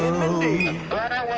and mindy and